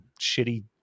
shitty